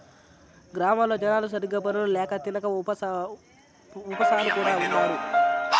గ్రామాల్లో జనాలు సరిగ్గా పనులు ల్యాక తినక ఉపాసాలు కూడా ఉన్నారు